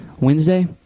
Wednesday